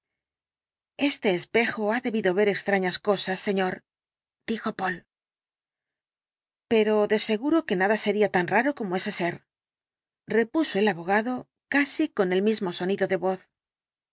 este espejo ha debido ver extrañas cosas señor dijo poole pero de seguro que nada sería tan raro como ese ser repuso el abogado casi con el mismo sonido de voz